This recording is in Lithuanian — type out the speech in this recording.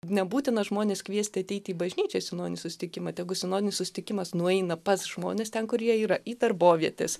nebūtina žmones kviesti ateiti į bažnyčią sinodinį susitikimą tegu sinodinis susitikimas nueina pas žmones ten kur jie yra į darbovietes